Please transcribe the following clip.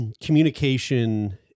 communication